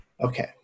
Okay